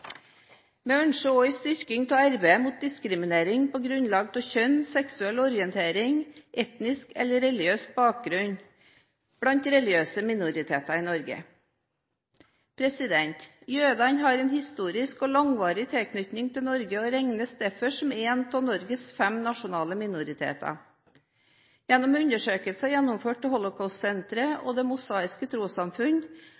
Vi ønsker også en styrking av arbeidet mot diskriminering på grunnlag av kjønn, seksuell orientering og etnisk eller religiøs bakgrunn blant religiøse minoriteter i Norge. Jødene har en historisk og langvarig tilknytning til Norge og regnes derfor som en av Norges fem nasjonale minoriteter. Gjennom undersøkelser gjennomført